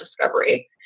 discovery